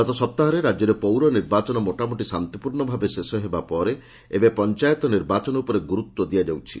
ଗତସପ୍ତାହରେ ରାଜ୍ୟରେ ପୌର ନିର୍ବାଚନ ମୋଟାମୋଟି ଶାନ୍ତିପୂର୍ଣ୍ଣ ଭାବେ ଶେଷ ହେବା ପରେ ଏବେ ପଞ୍ଚାୟତ ନିର୍ବାଚନ ଉପରେ ଗୁରୁତ୍ୱ ଦିଆଯାଉଛି